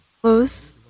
Close